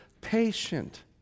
patient